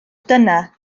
dyna